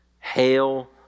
Hail